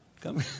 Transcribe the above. Come